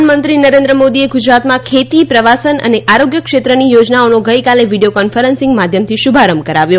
પ્રધાનમંત્રી નરેન્દ્ર મોદીએ ગુજરાતમાં ખેતી પ્રવાસન અને આરોગ્ય ક્ષેત્રની યોજનાઓનો ગઈકાલે વીડિયો કોન્ફરન્સિંગ માધ્યમથી શુભારંભ કરાવ્યો